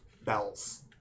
bells